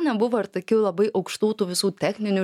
nebuvo ir tokių labai aukštų tų visų techninių